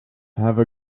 have